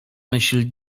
myśl